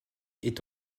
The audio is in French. est